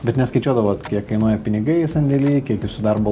bet neskaičiuodavot kiek kainuoja pinigai sandėly kiek jūsų darbo